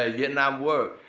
ah vietnam war,